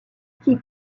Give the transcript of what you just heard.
qui